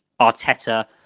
Arteta